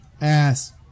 ass